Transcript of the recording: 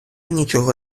нічого